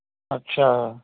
ਅੱਛਾ